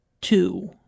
two